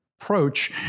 approach